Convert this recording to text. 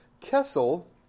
Kessel